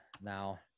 Now